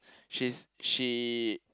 she is she